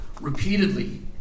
Repeatedly